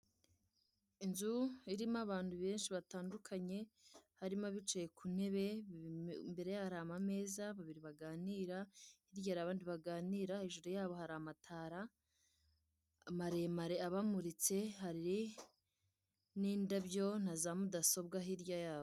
Inzu irimo abantu benshi batandukanye, harimo abicaye ku ntebe, imbere yabo hari amameza, babiri baganira, hirya hari abandi baganira, hejuru yabo hari amatara marare abamuritse, hari n'indabyo na za mudasobwa hirya yabo.